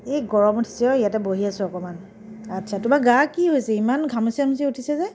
এই গৰম উঠিছে অ' ইয়াতে বহি আছো অকণমান আচ্ছা তোমাৰ গা কি হৈছে ইমান ঘামচি চামচি উঠিছে যে